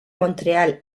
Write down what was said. montreal